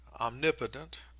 omnipotent